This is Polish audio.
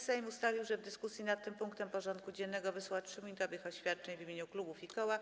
Sejm ustalił, że w dyskusji nad tym punktem porządku dziennego wysłucha 3-minutowych oświadczeń w imieniu klubów i koła.